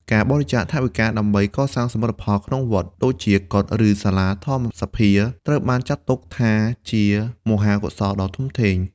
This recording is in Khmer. ការបរិច្ចាគថវិកាដើម្បីកសាងសមិទ្ធផលក្នុងវត្ត ដូចជា កុដិ ឬសាលាធម្មសភា ត្រូវបានចាត់ទុកថាជាមហាកុសលដ៏ធំធេង។